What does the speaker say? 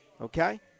Okay